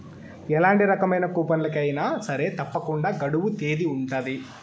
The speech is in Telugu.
ఎలాంటి రకమైన కూపన్లకి అయినా సరే తప్పకుండా గడువు తేదీ ఉంటది